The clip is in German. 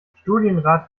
studienrat